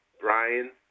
Brian